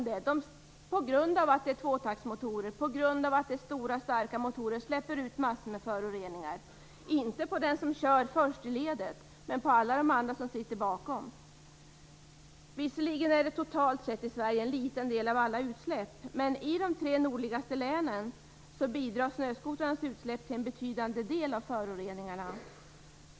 De har tvåtaktsmotorer, stora, starka motorer, som släpper ut massor med föroreningar - inte på den som kör först i ledet men på alla som sitter bakom. Visserligen handlar det totalt sett för Sveriges del om en liten del av alla utsläpp, men i de tre nordligaste länen bidrar snöskotrarnas utsläpp till en betydande del av föroreningarna.